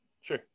Sure